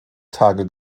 tage